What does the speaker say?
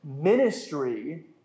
Ministry